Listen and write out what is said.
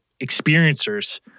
experiencers